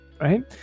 right